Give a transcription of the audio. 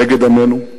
נגד עמנו,